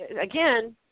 again